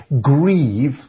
grieve